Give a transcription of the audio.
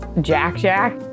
Jack-Jack